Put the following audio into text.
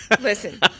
Listen